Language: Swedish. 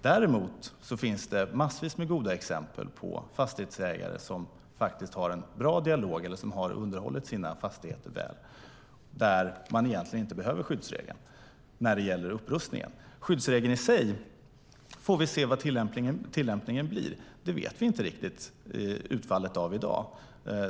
Däremot finns det massvis med goda exempel på fastighetsägare som faktiskt har en bra dialog och som har underhållit sina fastigheter väl. Där behöver man egentligen inte skyddsregeln när det gäller upprustningen. Vi får se vad tillämpningen av skyddsregeln blir. Det vet vi inte riktigt utfallet av i dag.